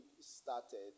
started